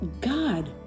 God